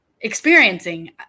experiencing